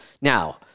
now